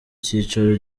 icyicaro